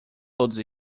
todos